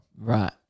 Right